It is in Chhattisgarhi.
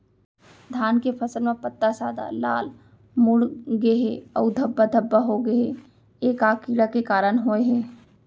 धान के फसल म पत्ता सादा, लाल, मुड़ गे हे अऊ धब्बा धब्बा होगे हे, ए का कीड़ा के कारण होय हे?